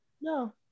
No